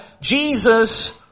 Jesus